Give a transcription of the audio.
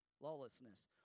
Lawlessness